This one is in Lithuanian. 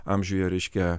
amžiuje reiškia